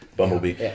Bumblebee